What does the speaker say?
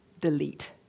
delete